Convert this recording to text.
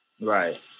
Right